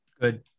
Good